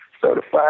certified